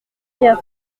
hier